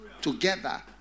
together